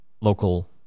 local